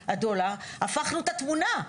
הדולר, הפכנו את זה התמונה.